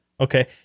Okay